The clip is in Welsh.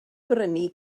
brynu